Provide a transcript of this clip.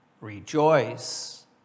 rejoice